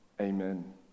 Amen